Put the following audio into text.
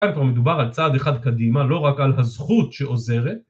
כאן כבר מדובר על צעד אחד קדימה, לא רק על הזכות שעוזרת.